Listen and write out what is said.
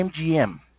MGM